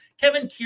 Kevin